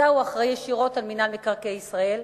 אתה הוא האחראי ישירות למינהל מקרקעי ישראל.